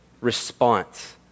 response